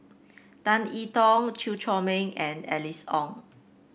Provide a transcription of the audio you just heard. Tan I Tong Chew Chor Meng and Alice Ong